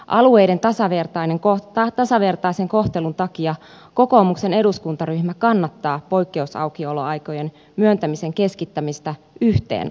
alueiden tasavertaisen kohtelun takia kokoomuksen eduskuntaryhmä kannattaa poikkeusaukioloaikojen myöntämisen keskittämistä yhteen aluehallintovirastoon